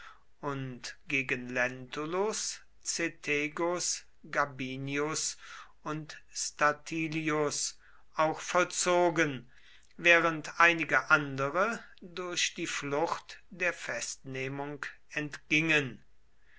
und gegen lentulus cethegus gabinius und statilius auch vollzogen während einige andere durch die flucht der festnehmung entgingen